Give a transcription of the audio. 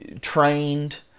trained